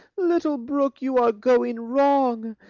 little brook, you are going wrong.